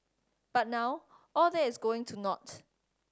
but now all that is going to naught